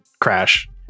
crash